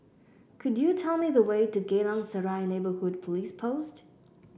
could you tell me the way to Geylang Serai Neighbourhood Police Post